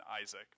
Isaac